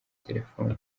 telefoni